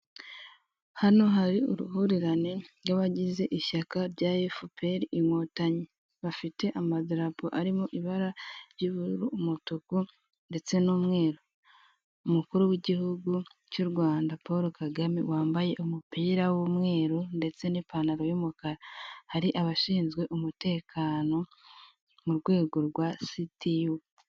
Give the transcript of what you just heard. Hano hari uruhurirane rw'abagize ishyaka rya Efuperi Inkotanyi, bafite amadarapo arimo ibara ry'ubururu, umutuku ndetse n'umweru. Umukuru w'igihugu cy'u Rwanda Paul Kagame wambaye umupira w'umweru ndetse n'ipantaro y'umukara. Hari abashinzwe umutekano mu rwego rwa Sitiyu.